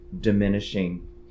diminishing